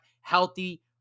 Healthy